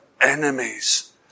enemies